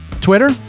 Twitter